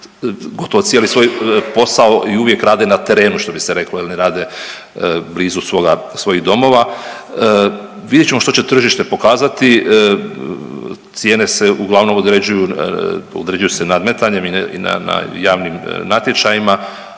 cijeli svoj posao i uvijek rade na terenu što bi se reklo jel ne rade blizu svojih domova. Vidjet ćemo što će tržište pokazati, cijene se uglavnom određuju nadmetanjem i na javnim natječajima.